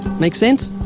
make sense?